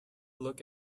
look